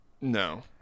No